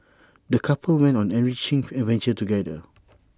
the couple went on an enriching adventure together